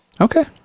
Okay